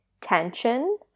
tension